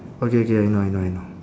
okay okay I know I know I know